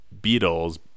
Beatles